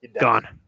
Gone